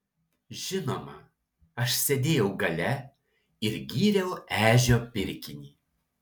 žinoma aš sėdėjau gale ir gyriau ežio pirkinį